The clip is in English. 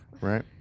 right